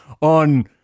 on